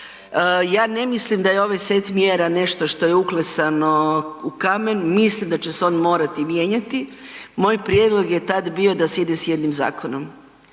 Ja ne mislim da je ovaj set mjera nešto što je uklesano u kamen, mislim da će se on morati mijenjati. Moj prijedlog je tad bio da se ide s jednim zakonom,